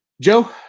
Joe